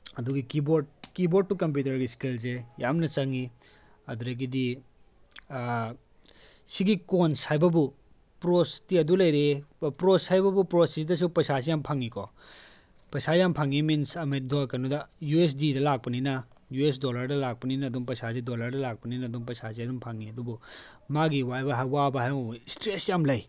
ꯑꯗꯨꯒꯤ ꯀꯤꯕꯣꯔꯠ ꯀꯤꯕꯣꯔꯠꯇꯨ ꯀꯝꯄ꯭ꯌꯨꯇꯔꯒꯤ ꯏꯁꯀꯤꯜꯁꯦ ꯌꯥꯝꯅ ꯆꯪꯉꯤ ꯑꯗꯨꯗꯒꯤꯗꯤ ꯁꯤꯒꯤ ꯀꯣꯟꯁ ꯍꯥꯏꯕꯕꯨ ꯄ꯭ꯔꯣꯁꯇꯤ ꯑꯗꯨ ꯂꯩꯔꯦ ꯄ꯭ꯔꯣꯁ ꯍꯥꯏꯕꯕꯨ ꯄ꯭ꯔꯣꯁꯁꯤꯗꯁꯨ ꯄꯩꯁꯥꯁꯤ ꯌꯥꯝ ꯐꯪꯉꯤꯀꯣ ꯄꯩꯁꯥ ꯌꯥꯝ ꯐꯪꯉꯤ ꯃꯤꯟꯁ ꯀꯩꯅꯣꯗ ꯌꯨ ꯑꯦꯁ ꯗꯤꯗ ꯂꯥꯛꯄꯅꯤꯅ ꯌꯨ ꯑꯦꯁ ꯗꯣꯂꯔꯗ ꯂꯥꯛꯄꯅꯤꯅ ꯑꯗꯨꯝ ꯄꯩꯁꯥꯁꯦ ꯗꯣꯂꯔꯗ ꯂꯥꯛꯄꯅꯤꯅ ꯑꯗꯨꯝ ꯄꯩꯁꯥꯁꯦ ꯑꯗꯨꯝ ꯐꯪꯉꯤ ꯑꯗꯨꯕꯨ ꯃꯥꯒꯤ ꯋꯥꯕ ꯍꯥꯏꯕꯕꯨ ꯏꯁꯇ꯭ꯔꯦꯁ ꯌꯥꯝ ꯂꯩ